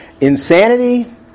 Insanity